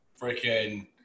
freaking –